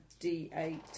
d8